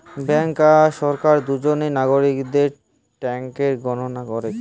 bank আর সরকার দুজনেই নাগরিকদের ট্যাক্সের গণনা করেক